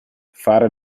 fare